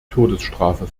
todesstrafe